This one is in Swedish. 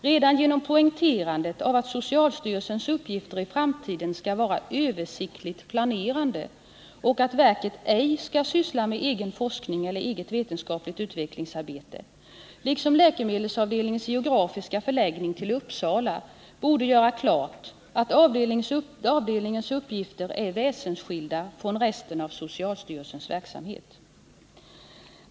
Redan poängterandet av att socialstyrelsens uppgifter i framtiden skall vara översiktligt planerande och att verket ej skall syssla med egen forskning eller eget vetenskapligt utvecklingsarbete, liksom läkemedelsavdelningens geografiska förläggning till Uppsala, borde göra klart att avdelningens uppgifter är väsensskilda från resten av socialstyrelsens verksamhet.